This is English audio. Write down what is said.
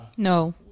No